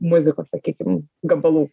muzikos sakykim gabalų